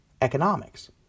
economics